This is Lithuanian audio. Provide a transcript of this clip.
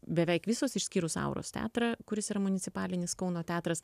beveik visos išskyrus auros teatrą kuris yra municipalinis kauno teatras